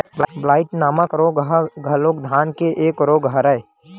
blight नामक रोग ह घलोक धान के एक रोग हरय